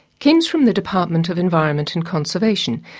kim, from the department of environment and conservation,